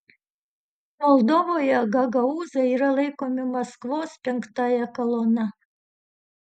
moldovoje gagaūzai yra laikomi maskvos penktąja kolona